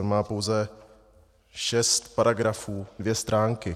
On má pouze šest paragrafů, dvě stránky.